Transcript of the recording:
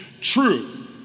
true